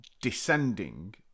descending